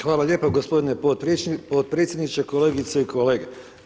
Hvala lijepo g. potpredsjedniče, kolegice i kolege.